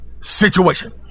situation